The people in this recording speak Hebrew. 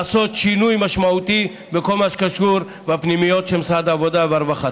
לעשות שינוי משמעותי בכל מה שקשור בפנימיות של משרד העבודה והרווחה.